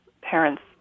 parents